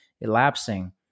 elapsing